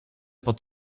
pod